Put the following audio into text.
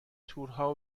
تورها